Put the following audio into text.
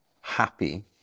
happy